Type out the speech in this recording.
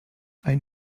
ein